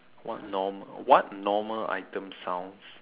what normal what normal item sounds